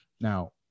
Now